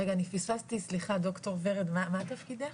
רגע, אני פספסתי, סליחה, דוקטור ורד, מה תפקידך?